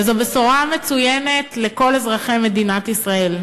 וזו בשורה מצוינת לכל אזרחי מדינת ישראל.